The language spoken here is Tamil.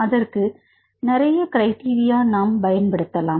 அதற்கு நிறைய க்ரிடேரியா நாம் பயன்படுத்தலாம்